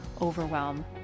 overwhelm